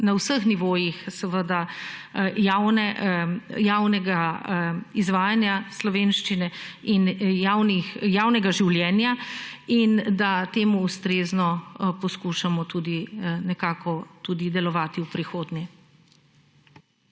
na vseh nivojih javnega izvajanja slovenščine in javnega življenja in da temu ustrezno poskušamo tudi nekako tudi delovati v prihodnje.